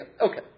Okay